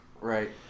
Right